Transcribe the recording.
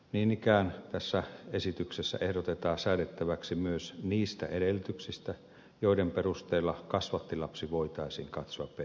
niin ikään tässä esityksessä ehdotetaan säädettäväksi myös niistä edellytyksistä joiden perusteella kasvattilapsi voitaisiin katsoa perheenjäseneksi